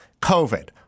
COVID